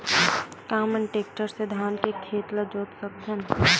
का हमन टेक्टर से धान के खेत ल जोत सकथन?